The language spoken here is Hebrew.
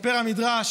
מספר המדרש,